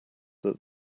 that